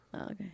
okay